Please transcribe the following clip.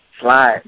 Fly